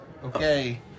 Okay